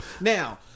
Now